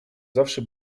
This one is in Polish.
zawsze